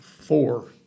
Four